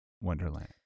wonderland